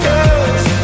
Girls